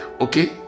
okay